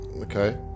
Okay